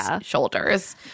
shoulders